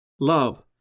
love